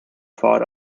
far